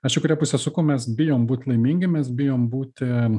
aš į kurią pusę suku mes bijom būt laimingi mes bijome būti